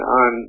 on